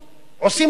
עושים לו טובה,